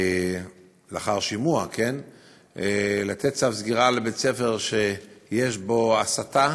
לאחר שימוע, לתת צו סגירה לבית-ספר שיש בו הסתה